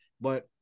but-